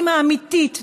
אימא אמיתית,